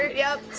yup.